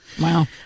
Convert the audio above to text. Wow